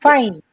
Fine